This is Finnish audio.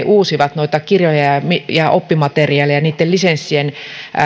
uusivat noita kirjoja ja ja oppimateriaaleja ja niitten lisenssien